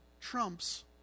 trumps